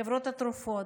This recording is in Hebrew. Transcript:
חברות התרופות,